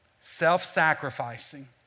self-sacrificing